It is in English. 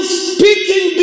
speaking